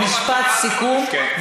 משפט סיכום,